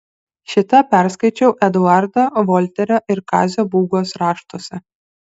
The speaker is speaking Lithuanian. šį tą perskaičiau eduardo volterio ir kazio būgos raštuose